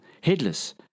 headless